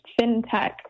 fintech